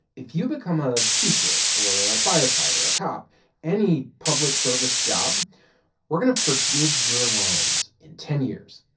if you become a teacher or a firefighter, a cop any public service job we're going to forgive your loans in ten years,